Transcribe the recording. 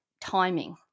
timing